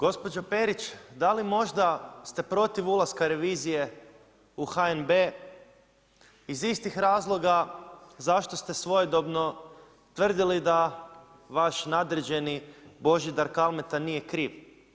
Gospođi Perić, da li možda ste protiv ulaska revizije u HNB iz istih razloga zašto ste svojedobno tvrdili da vaš nadređeni Božidar Kalmeta nije kriv?